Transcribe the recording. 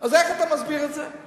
אז איך אתה מסביר את זה?